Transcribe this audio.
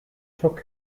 took